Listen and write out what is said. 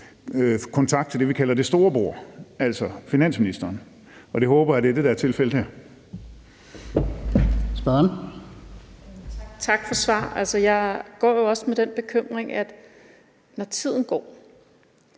kontakt til det, vi kalder det store bord, altså finansministeren, og jeg håber, at det er det, der er tilfældet her.